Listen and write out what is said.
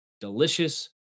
delicious